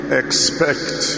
expect